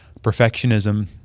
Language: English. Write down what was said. perfectionism